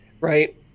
right